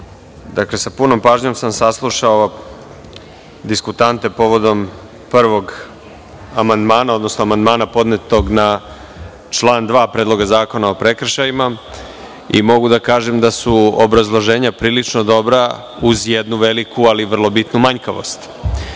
sa punom pažnjom sam saslušao diskutante prvog amandmana, odnosno amandmana podnetog na član 2. Predloga zakona o prekršajima. Mogu da kažem da su obrazloženja prilično dobra uz jednu veliku, ali vrlo bitnu, manjkavost. Prva